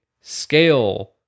scale